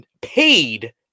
paid